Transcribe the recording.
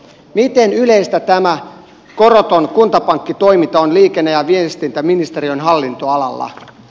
miten yleistä tämä koroton kuntapankkitoiminta on liikenne ja viestintäministeriön hallintoalalla